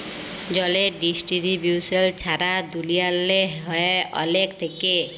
জলের ডিস্টিরিবিউশল ছারা দুলিয়াল্লে হ্যয় অলেক থ্যাইকে